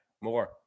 more